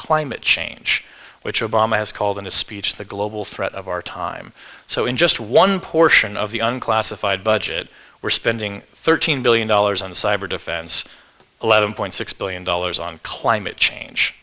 climate change which obama has called in a speech the global threat of our time so in just one portion of the unclassified budget we're spending thirteen billion dollars on cyber defense eleven point six billion dollars on climate change